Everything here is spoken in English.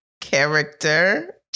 Character